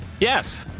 yes